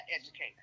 educator